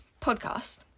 podcast